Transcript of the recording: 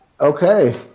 Okay